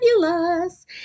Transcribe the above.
fabulous